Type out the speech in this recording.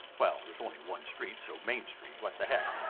well, there's only one street, so main street. what the heck.